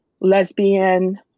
lesbian